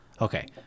Okay